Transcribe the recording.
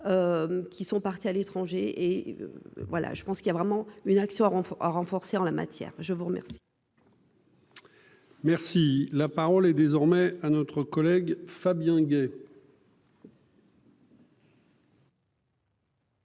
qui sont partis à l'étranger et voilà, je pense qu'il y a vraiment une action renforcée en la matière, je vous remercie. Merci, la parole est désormais à notre collègue Fabien Gay.